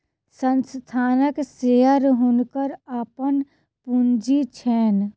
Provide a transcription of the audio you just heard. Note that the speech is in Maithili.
संस्थानक शेयर हुनकर अपन पूंजी छैन